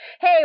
hey